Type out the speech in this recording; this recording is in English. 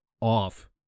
off